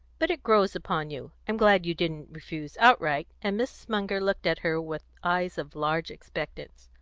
but it grows upon you. i'm glad you didn't refuse outright and mrs. munger looked at her with eyes of large expectance.